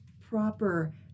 proper